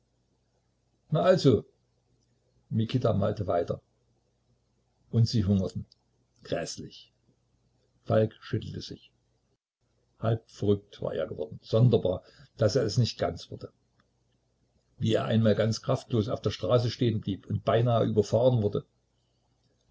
na also mikita malte weiter und sie hungerten gräßlich falk schüttelte sich halb verrückt war er geworden sonderbar daß er es nicht ganz wurde wie er einmal ganz kraftlos auf der straße stehen blieb und beinahe überfahren wurde